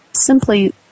simply